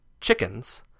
chickens